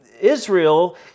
Israel